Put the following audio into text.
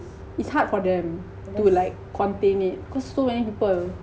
it's hard for them to like contain it cause so many people